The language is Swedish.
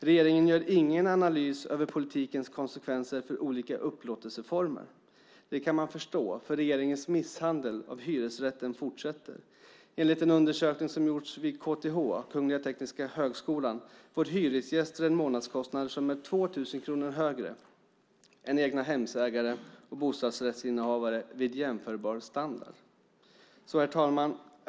Regeringen gör ingen analys av politikens konsekvenser för olika upplåtelseformer. Det kan man förstå, för regeringens misshandel av hyresrätten fortsätter. Enligt en undersökning som gjorts vid KTH, Kungl. Tekniska högskolan, får hyresgäster en månadskostnad som är 2 000 kronor högre än egnahemsägare och bostadsrättshavare vid jämförbar standard. Herr talman!